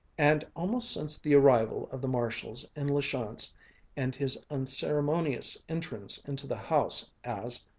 and almost since the arrival of the marshalls in la chance and his unceremonious entrance into the house as,